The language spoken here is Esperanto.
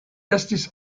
estis